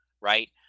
right